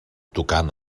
tocant